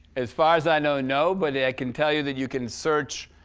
as far as i know, no, but i can tell you that you can search.